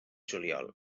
juliol